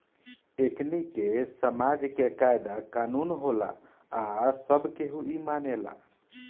एकनि के समाज के कायदा कानून होला आ सब केहू इ मानेला